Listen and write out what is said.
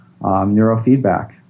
neurofeedback